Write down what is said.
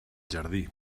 jardí